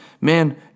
Man